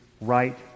right